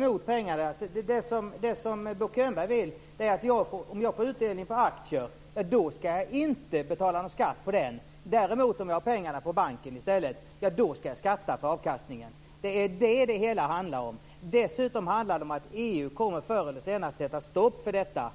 Fru talman! Det som Bo Könberg vill är att den som får utdelning på aktier inte ska betala någon skatt på den. Om man däremot har pengarna på banken ska man skatta för avkastningen. Det är det som det hela handlar om. Dessutom handlar det om att EU förr eller senare kommer att sätta stopp för detta.